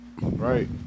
Right